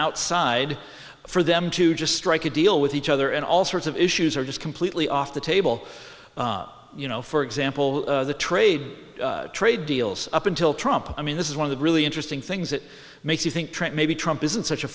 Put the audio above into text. outside for them to just strike a deal with each other and all sorts of issues are just completely off the table you know for example the trade trade deals up until trump i mean this is one of the really interesting things that makes you think maybe trump isn't such a